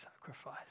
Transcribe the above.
sacrifice